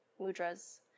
mudras